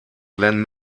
glenn